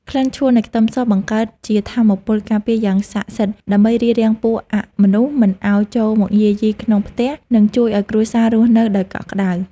ក្លិនឆួលនៃខ្ទឹមសបង្កើតជាថាមពលការពារយ៉ាងស័ក្តិសិទ្ធិដើម្បីរារាំងពួកអមនុស្សមិនឱ្យចូលមកយាយីក្នុងផ្ទះ និង ជួយឱ្យគ្រួសាររស់នៅដោយកក់ក្តៅ។